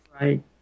right